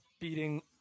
...beating